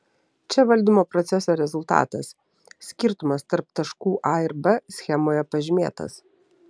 čia valdymo proceso rezultatas skirtumas tarp taškų a ir b schemoje pažymėtas